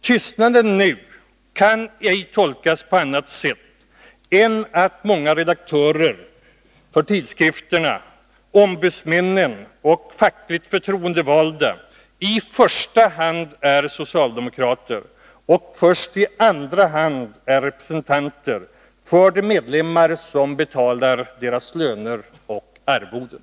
Tystnaden nu kan ej tolkas på annat sätt än att många av redaktörerna för tidskrifterna, ombudsmännen och de fackligt förtroendevalda i första hand är socialdemokrater och först i andra hand är representanter för de medlemmar som betalar deras löner och arvoden.